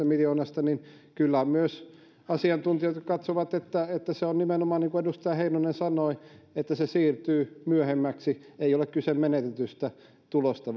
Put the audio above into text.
miljoonasta on kyllä myös asiantuntijoita jotka katsovat että että se on nimenomaan niin kuin edustaja heinonen sanoi että se siirtyy myöhemmäksi ei ole kyse menetetyistä tuloista